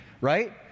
right